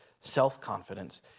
self-confidence